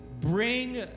bring